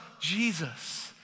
Jesus